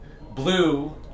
blue